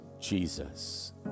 jesus